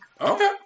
Okay